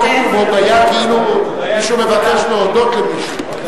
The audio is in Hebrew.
פה כתוב "הודיה", כאילו מבקש להודות למישהו.